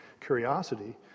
curiosity